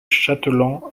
chateland